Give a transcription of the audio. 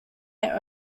their